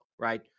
right